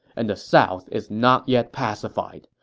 and the south is not yet pacified,